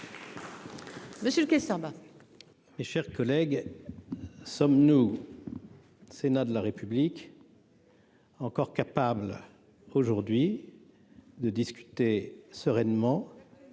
Monsieur Kessler bah, mes chers collègues, sommes-nous sénat de la République. Encore capable aujourd'hui de discuter sereinement